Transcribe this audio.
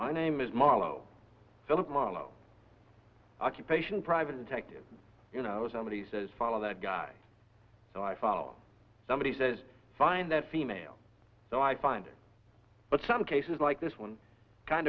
my name is marlo philip marlowe occupation private detective you know somebody says follow that guy so i follow somebody says find that female so i find but some cases like this one kind